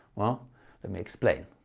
well let me explain.